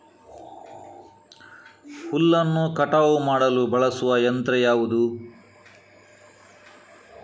ಹುಲ್ಲನ್ನು ಕಟಾವು ಮಾಡಲು ಬಳಸುವ ಯಂತ್ರ ಯಾವುದು?